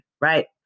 Right